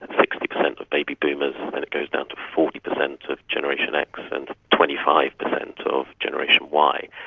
and sixty percent of baby boomers, then it goes down to forty percent of generation x, and twenty five percent of generation y.